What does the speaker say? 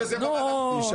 מי בעד?